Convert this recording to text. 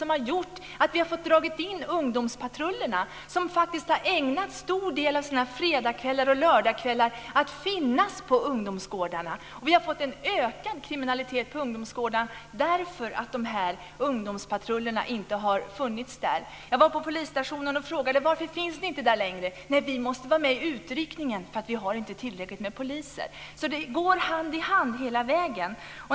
Det har gjort att man har fått dra in ungdomspatrullerna, som faktiskt har ägnat en stor del av sina fredags och lördagskvällar åt att finnas på ungdomsgårdarna. Vi har fått en ökad kriminalitet på ungdomsgårdarna därför att ungdomspatrullerna inte har funnits där. Jag var på polisstationen och frågade: Varför finns ni inte där längre? Man svarade: Vi måste vara med vid utryckningen för vi har inte tillräckligt med poliser. Så det går hand i hand hela vägen.